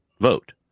vote